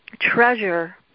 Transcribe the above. treasure